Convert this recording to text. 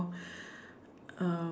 um